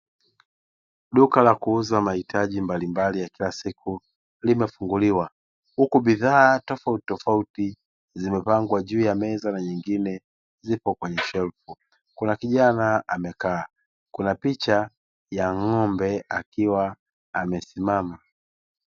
Duka la kuuza mahitaji mbalimbali ya kila siku limefunguliwa huku bidhaa tofauti tofauti zimepangwa juu ya meza na nyingine zipo kwenye shelfu kuna kijana amekaa, kuna picha ya ng’ombe akiwa amesimama.